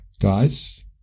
guys